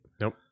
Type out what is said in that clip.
Nope